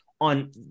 On